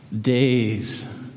days